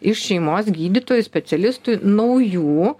iš šeimos gydytojų specialistų naujų